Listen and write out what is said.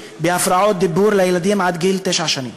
בהפרעות דיבור לילדים עד גיל תשע שנים.